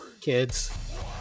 kids